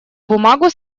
бумагу